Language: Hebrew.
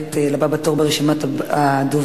וכעת לבא בתור ברשימת הדוברים,